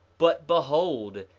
but behold,